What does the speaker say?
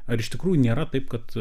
ar iš tikrųjų nėra taip kad